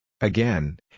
Again